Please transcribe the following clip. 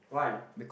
why